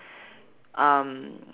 um